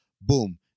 Boom